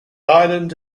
island